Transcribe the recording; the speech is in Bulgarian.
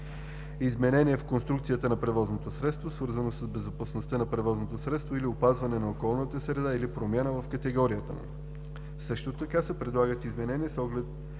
изменение в конструкцията на превозното средство, свързано с безопасността на превозното средство или опазване на околната среда или промяна в категорията му. Също така се предлагат изменения с оглед